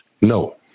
No